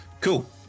Cool